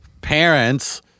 parents